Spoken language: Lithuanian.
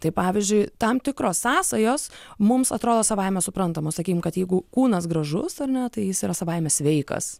tai pavyzdžiui tam tikros sąsajos mums atrodo savaime suprantamos sakykim kad jeigu kūnas gražus ar ne tai jis yra savaime sveikas